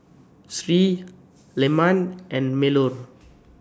Sri Leman and Melur